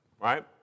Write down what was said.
right